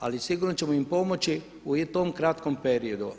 Ali sigurno ćemo im pomoći u tom kratkom periodu.